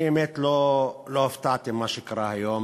אני, האמת, לא הופתעתי ממה שקרה היום,